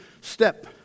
step